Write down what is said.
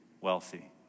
wealthy